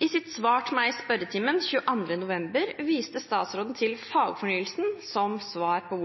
I sitt svar til meg i spørretimen 22. november oppfattet jeg at statsråden viser til fagfornyelsen som svar på